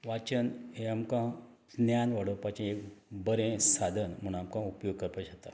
वाचन हें आमकां न्यान वाडोवपाचें एक बरें सादन म्हुणू आमकां उपयोग करपा शकता